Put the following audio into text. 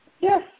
Yes